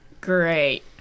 Great